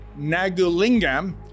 Nagulingam